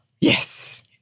Yes